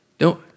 No